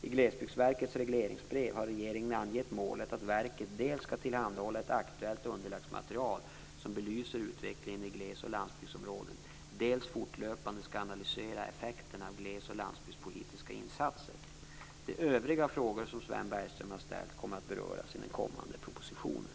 I Glesbygdsverkets regleringsbrev har regeringen angett målet att verket dels skall tillhandahålla ett aktuellt underlagsmaterial som belyser utvecklingen i glesoch landsbygdsområden, dels fortlöpande skall analysera effekterna av gles och landsbygdspolitiska insatser. De övriga frågor som Sven Bergström har ställt kommer att beröras i den kommande propositionen.